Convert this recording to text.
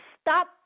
stop